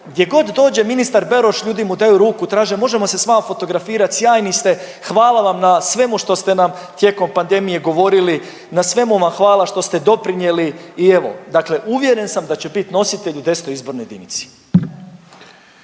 gdje god dođe ministar Beroš ljudi mu daju ruku, traže možemo se s vama fotografirat, sjajni ste, hvala vam na svemu što ste nam tijekom pandemije govorili, na svemu vam hvala što ste doprinijeli i evo, dakle uvjeren sam da će biti nositelj u X. izbornoj jedinici.